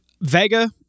Vega